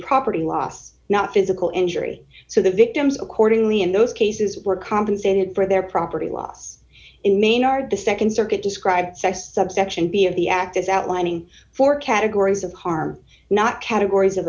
property loss not physical injury so the victims accordingly in those cases were compensated for their property loss in maine are the nd circuit described sex subsection b of the act as outlining four categories of harm not categories of